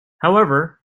however